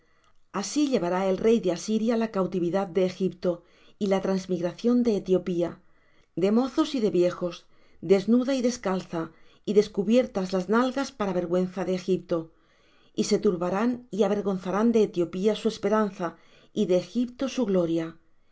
así llevará el rey de asiria la cautividad de egipto y la transmigración de etiopía de mozos y de viejos desnuda y descalza y descubiertas las nalgas para vergüenza de egipto y se turbarán y avergonzarán de etiopía su esperanza y de egipto su gloria